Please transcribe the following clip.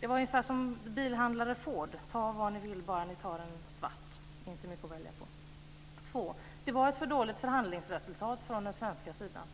Det var ungefär som bilhandlare Ford: Ta vad ni vill, bara ni tar en svart. Det var inte mycket att välja på. 2. Det var ett för dåligt förhandlingsresultat från den svenska sidan.